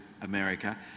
America